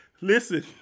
Listen